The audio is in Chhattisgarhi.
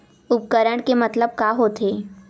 उपकरण के मतलब का होथे?